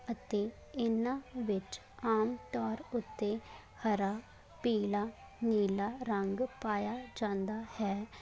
ਅਤੇ ਇਹਨਾਂ ਵਿਚ ਆਮ ਤੌਰ ਉੱਤੇ ਹਰਾ ਪੀਲਾ ਨੀਲਾ ਰੰਗ ਪਾਇਆ ਜਾਂਦਾ ਹੈ